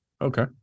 Okay